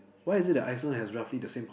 why is it the Iceland has roughly the same